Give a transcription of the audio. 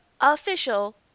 official